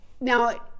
Now